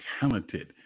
talented